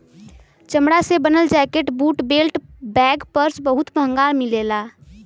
चमड़ा से बनल jacket, boot, belt, bag, purse बहुत महंग मिलला